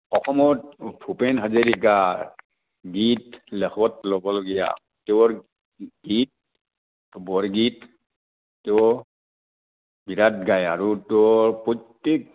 অসমত ভূপেন হাজৰিকা গীত লেখত ল'বলগীয়া তেওঁৰ গীত বৰগীত বিৰাট গাই আৰু তেওঁৰ প্ৰত্যেক